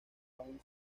aún